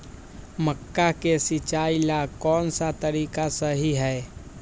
मक्का के सिचाई ला कौन सा तरीका सही है?